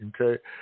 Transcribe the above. okay